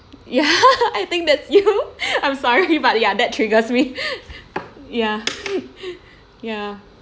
ya I think that's you I'm sorry but ya that triggers me ya ya